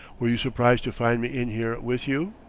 were you surprised to find me in here, with you?